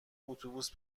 اتوبوس